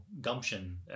gumption